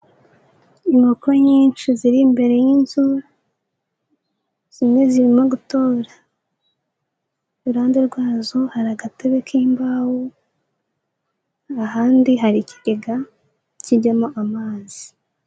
Inkoko nyinshi ziri imbere y'inzu zimwe zirimo gutora, iruhande rwazo hari agatebe k'imbaho ahandi hari ikigega kijyamo amazi.